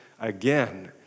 again